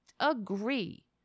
agree